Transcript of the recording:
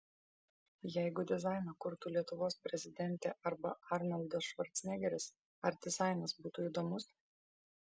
jeigu dizainą kurtų lietuvos prezidentė arba arnoldas švarcnegeris ar dizainas būtų įdomus